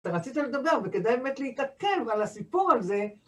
אתה רצית לדבר, וכדאי באמת להתעכב על הסיפור הזה.